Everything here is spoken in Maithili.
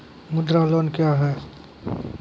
मुद्रा लोन क्या हैं?